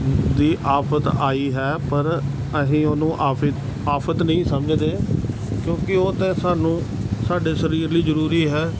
ਦੀ ਆਫ਼ਤ ਆਈ ਹੈ ਪਰ ਅਸੀਂ ਉਹਨੂੰ ਆਫ਼ੀ ਆਫ਼ਤ ਨਹੀਂ ਸਮਝਦੇ ਕਿਉਂਕਿ ਉਹ ਤਾਂ ਸਾਨੂੰ ਸਾਡੇ ਸਰੀਰ ਲਈ ਜ਼ਰੂਰੀ ਹੈ